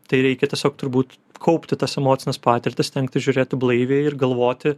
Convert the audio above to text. tai reikia tiesiog turbūt kaupti tas emocines patirtis stengtis žiūrėti blaiviai ir galvoti